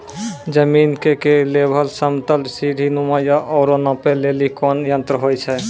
जमीन के लेवल समतल सीढी नुमा या औरो नापै लेली कोन यंत्र होय छै?